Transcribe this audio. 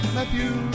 Matthew